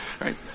right